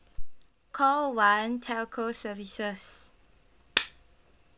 call one telco services